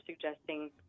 suggesting